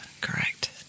correct